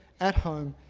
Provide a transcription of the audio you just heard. at home,